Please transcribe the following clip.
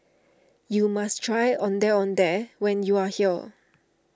you must try Ondeh Ondeh when you are here